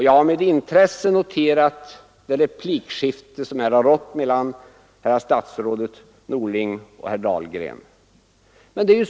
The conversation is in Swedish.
Jag har med intresse noterat det replikskifte som här förts mellan herr statsrådet Norling och herr Dahlgren.